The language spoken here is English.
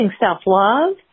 self-love